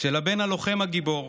של הבן הלוחם הגיבור